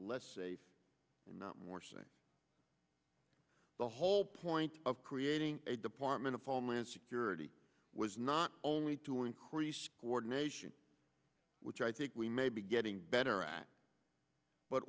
less safe and more say the whole point of creating a department of homeland security was not only to increase coordination which i think we may be getting better at but